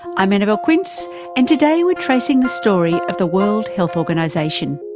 i'm annabelle quince and today we are tracing the story of the world health organisation.